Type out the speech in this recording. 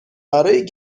برای